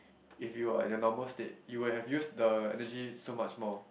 if you are at your normal state you would have used the energy so much more